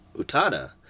utada